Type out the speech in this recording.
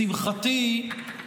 לשמחתי,